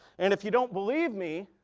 and if you don't believe me,